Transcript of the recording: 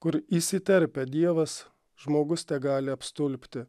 kur įsiterpia dievas žmogus tegali apstulbti